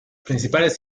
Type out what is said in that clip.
principales